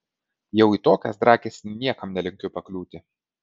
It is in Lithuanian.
jau į tokias drakes niekam nelinkiu pakliūti